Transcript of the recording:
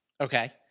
Okay